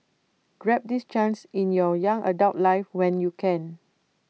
grab this chance in your young adult life when you can